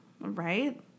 right